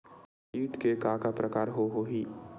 कीट के का का प्रकार हो होही?